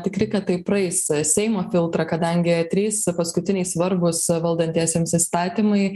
tikri kad tai praeis seimo filtrą kadangi trys paskutiniai svarbūs valdantiesiems įstatymai